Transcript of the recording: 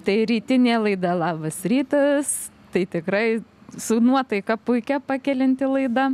tai rytinė laida labas rytas tai tikrai su nuotaika puikia pakelianti laida